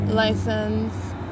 License